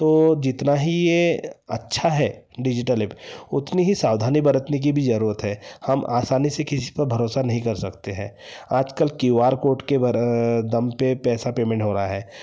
तो जितना ही यह अच्छा है डिज़िटल पे उतनी ही सावधानी बरतने की भी ज़रूरत है हम आसानी से किसी पर भरोसा नहीं कर सकते हैं आजकल क्यू आर कोड के बारे दम पर पैसा पेमेंट हो रहा है